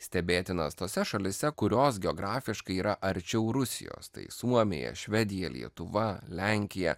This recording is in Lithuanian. stebėtinas tose šalyse kurios geografiškai yra arčiau rusijos tai suomija švedija lietuva lenkija